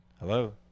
Hello